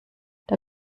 der